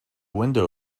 window